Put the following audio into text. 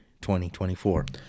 2024